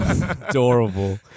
adorable